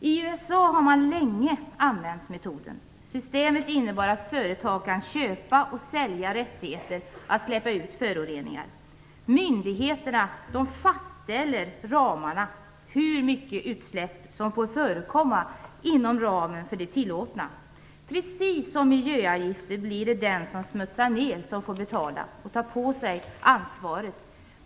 I USA har man använt metoden länge. Systemet innebär att företag kan köpa och sälja rättigheter att släppa ut föroreningar. Myndigheterna fastställer ramarna för det tillåtna när det gäller hur mycket utsläpp som för förekomma. Precis som vid miljöavgifter blir det den som smutsar ner som får betala och ta på sig ansvaret.